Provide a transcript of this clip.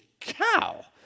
cow